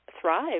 thrive